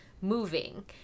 moving